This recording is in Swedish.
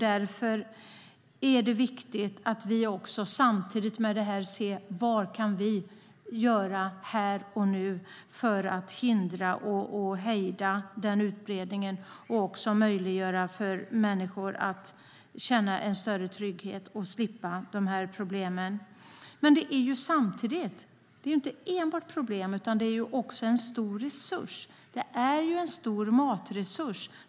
Därför är det viktigt att vi ser vad vi kan göra här och nu för att hejda utbredningen och möjliggöra för människor att känna en större trygghet och slippa dessa problem. Det är dock inte enbart ett problem. Det är också en stor matresurs.